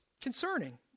concerning